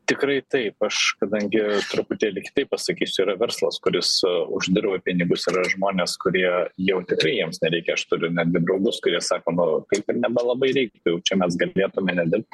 tikrai taip aš kadangi truputėlį kitaip pasakysiu yra verslas kuris uždirba pinigus yra žmonės kurie jau tikrai jiems nereikia aš turiu netgi draugus kurie sako nu kaip nebe labai reikia jau čia mes galėtume nedirbt